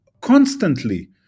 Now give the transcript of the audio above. constantly